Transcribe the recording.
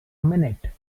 minute